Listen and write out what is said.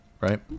Right